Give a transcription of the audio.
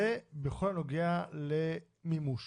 זה בכל הנוגע למימוש